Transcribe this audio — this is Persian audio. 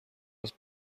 است